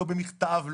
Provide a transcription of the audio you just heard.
לא במכתב,